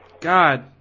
God